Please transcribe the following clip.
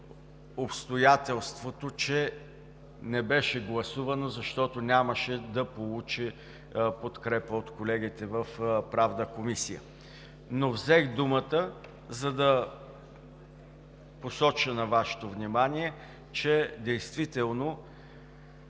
обстоятелството, че не беше гласувано, защото нямаше да получи подкрепа от колегите в Правната комисия. Взех думата обаче, за да посоча на Вашето внимание, че действително,